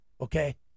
Okay